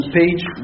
page